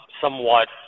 somewhat